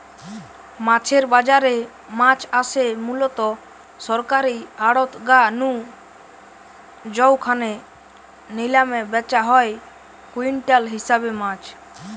মাছের বাজারে মাছ আসে মুলত সরকারী আড়ত গা নু জউখানে নিলামে ব্যাচা হয় কুইন্টাল হিসাবে মাছ